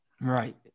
Right